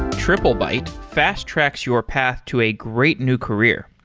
triplebyte fast-tracks your path to a great new career.